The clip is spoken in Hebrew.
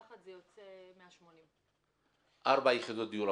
יחד זה יוצא 180. ארבע יחידות דיור,